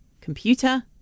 Computer